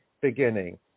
beginning